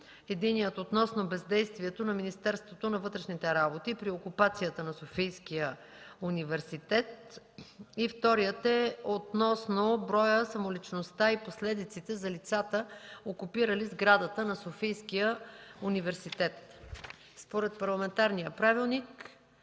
единият относно бездействието на Министерството на вътрешните работи при окупацията на Софийския университет. Вторият е относно броя, самоличността и последиците за лицата, окупирали сградата на Софийския университет. Според парламентарния правилник